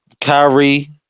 Kyrie